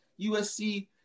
USC